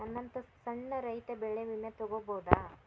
ನನ್ನಂತಾ ಸಣ್ಣ ರೈತ ಬೆಳಿ ವಿಮೆ ತೊಗೊಬೋದ?